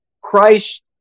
Christ